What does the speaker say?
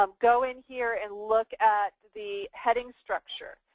um go in here and look at the heading structure,